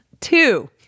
two